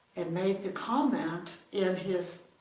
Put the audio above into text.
and made the comment in his